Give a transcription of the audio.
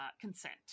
consent